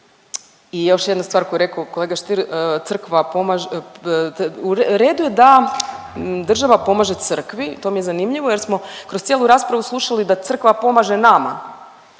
I još jedna stvar koju je rekao kolega Stier crkva pomaže, u redu je da država pomaže crkvi. To mi je zanimljivo jer smo kroz cijelu raspravu slušali da crkva pomaže nama.